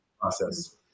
process